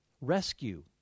rescue